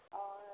औ